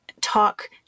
talk